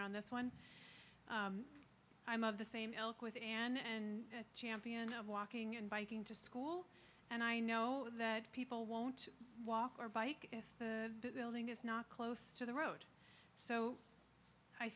around this when i'm of the same ilk with ann and champion of walking and biking to school and i know that people won't walk or bike if the building is not close to the road so i